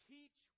Teach